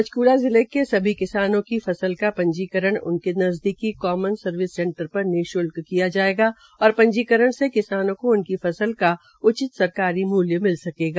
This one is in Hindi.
पंचकुला जिले के सभी किसानों की फसल का पंजीकरण उनके नजदीकी कामन सर्विस सेंटर पर निश्ल्क किया जायेगा और पंजीकरण से किसानों को उनकी फसला का उचित सरकारी मूल्य मिल सकेगा